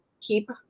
keep